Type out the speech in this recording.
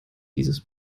dieses